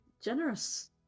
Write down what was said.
generous